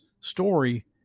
story